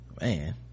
Man